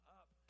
up